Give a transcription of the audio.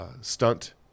stunt